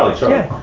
chan.